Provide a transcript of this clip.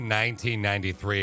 1993